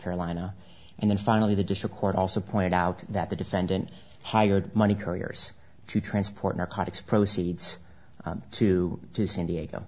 carolina and then finally the district court also pointed out that the defendant hired money couriers to transport narcotics proceeds to to san diego